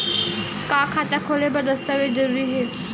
का खाता खोले बर दस्तावेज जरूरी हे?